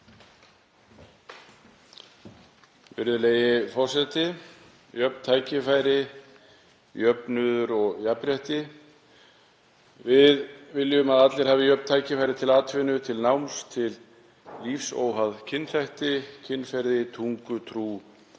Jöfn tækifæri, jöfnuður og jafnrétti — við viljum að allir hafi jöfn tækifæri til atvinnu, til náms, til lífs, óháð kynþætti, kynferði, tungu, trú,